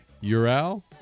Ural